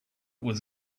was